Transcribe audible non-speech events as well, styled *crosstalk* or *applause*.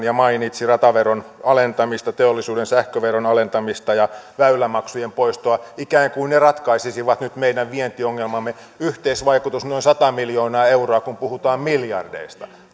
*unintelligible* ja mainitsi rataveron alentamista teollisuuden sähköveron alentamista ja väylämaksujen poistoa ikään kuin ne ratkaisisivat nyt meidän vientiongelmamme yhteisvaikutus noin sata miljoonaa euroa kun puhutaan miljardeista